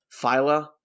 phyla